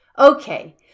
Okay